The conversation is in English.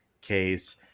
case